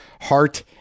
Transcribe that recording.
heart